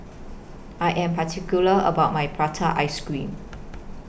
I Am particular about My Prata Ice Cream